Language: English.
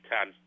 Ten